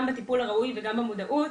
גם בטיפול הראוי וגם המודעות.